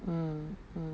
mm